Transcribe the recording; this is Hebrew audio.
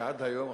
שעד היום,